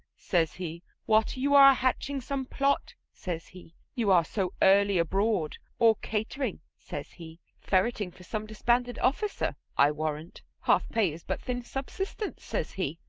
says he, what, you are a-hatching some plot, says he, you are so early abroad, or catering, says he, ferreting for some disbanded officer, i warrant. half pay is but thin subsistence, says he.